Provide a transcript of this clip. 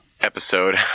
episode